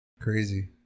Crazy